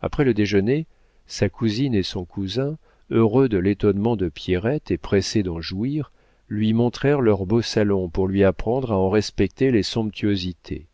après le déjeuner sa cousine et son cousin heureux de l'étonnement de pierrette et pressés d'en jouir lui montrèrent leur beau salon pour lui apprendre à en respecter les somptuosités